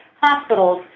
hospitals